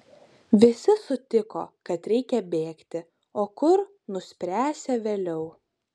visi sutiko kad reikia bėgti o kur nuspręsią vėliau